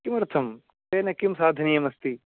किमर्थं तेन किं साधनीयमस्ति